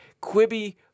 Quibby